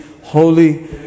holy